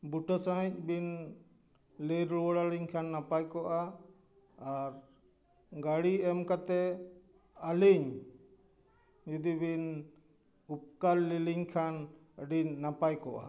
ᱵᱩᱴᱟᱹ ᱥᱟᱺᱦᱤᱡ ᱵᱤᱱ ᱞᱟᱹᱭ ᱨᱩᱭᱟᱹᱲ ᱟᱹᱞᱤᱧ ᱠᱷᱟᱱ ᱱᱟᱯᱟᱭ ᱠᱚᱜᱼᱟ ᱟᱨ ᱜᱟᱹᱲᱤ ᱮᱢ ᱠᱟᱛᱮ ᱟᱹᱞᱤᱧ ᱡᱩᱫᱤᱵᱮᱱ ᱩᱯᱠᱟᱨᱞᱤᱞᱤᱧ ᱠᱷᱟᱱ ᱟᱹᱰᱤ ᱱᱟᱯᱟᱭ ᱠᱚᱜᱼᱟ